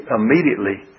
immediately